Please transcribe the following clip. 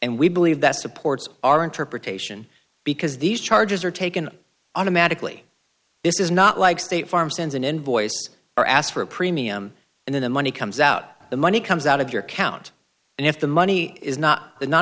and we believe that supports our interpretation because these charges are taken automatically this is not like state farm sends an invoice or ask for a premium and then the money comes out the money comes out of your count and if the money is not a not